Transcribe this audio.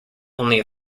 only